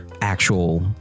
actual